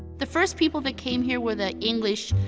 the first people that came here were the english.